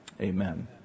Amen